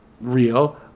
real